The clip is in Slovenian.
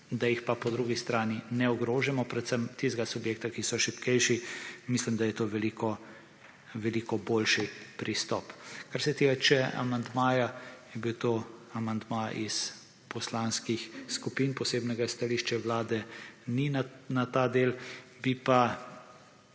da jih pa po drugi strani ne ogrožamo predvsem tistega subjekta, ki so šibkejši mislim, da je to veliko boljši pristop. Kar se tiče amandmaja je bil to amandma iz poslanskih skupin. Posebnega stališča Vlade ni na ta del bi pa